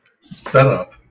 Setup